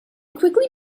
quickly